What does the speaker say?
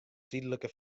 tydlike